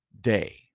day